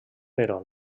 però